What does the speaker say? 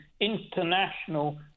international